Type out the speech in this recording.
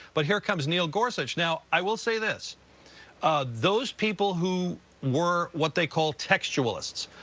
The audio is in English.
but here comes neil gorsuch. now, i will say this those people who were, what they call textualist,